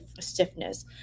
stiffness